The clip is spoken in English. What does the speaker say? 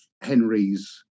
Henry's